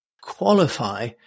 qualify